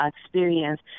experience